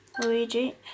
Luigi